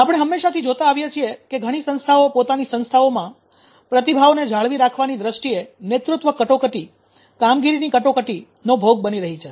આપણે હંમેશાંથી જોતા આવીએ છીએ કે ઘણી સંસ્થાઓ પોતાની સંસ્થાઓમાં પ્રતિભાઓને જાળવી રાખવાની દ્રષ્ટિએ નેતૃત્વ કટોકટી કામગીરીની કટોકટી નો ભોગ બની રહી છે